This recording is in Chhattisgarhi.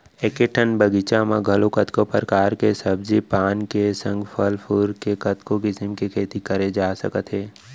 एके ठन बगीचा म घलौ कतको परकार के सब्जी पान के संग फर फूल के कतको किसम के खेती करे जा सकत हे